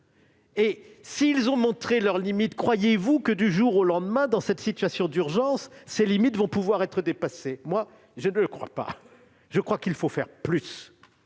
Et s'ils ont montré leurs limites, croyez-vous que du jour au lendemain, dans cette situation d'urgence, ces limites vont pouvoir être dépassées ? Pour ma part, je crois qu'il faut faire plus.